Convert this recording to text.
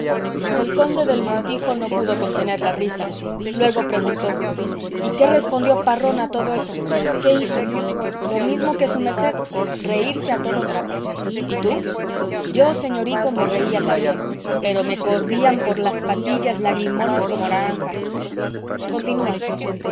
el conde del montijo no pudo contener la risa luego preguntó y qué respondió parrón a todo eso qué hizo lo mismo que su merced reírse a todo trapo y tú yo señorico me reía también pero me corrían por las patillas lagrimones como naranjas continúa